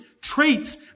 traits